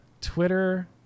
Twitter